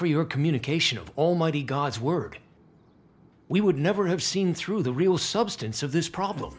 for your communication of almighty god's word we would never have seen through the real substance of this problem